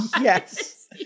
Yes